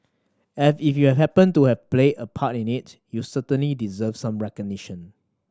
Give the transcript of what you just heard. and if you happened to have played a part in it you certainly deserve some recognition